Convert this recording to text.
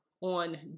on